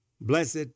blessed